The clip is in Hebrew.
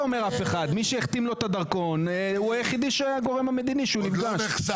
מי שהחתים לו את הדרכון הוא הגורם היחיד שנפגש,